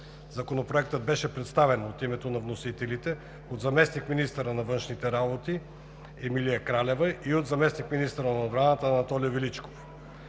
Законопроектът беше представен от името на вносителите – от заместник-министърa на външните работи Емилия Кралева, и от заместник-министърa на отбраната Анатолий Величков.